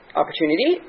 opportunity